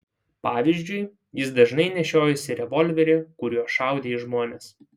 pavyzdžiui jis dažnai nešiojosi revolverį kuriuo šaudė į žmones